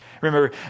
Remember